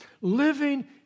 living